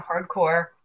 hardcore